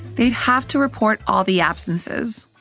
they'd have to report all the absences,